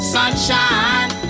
sunshine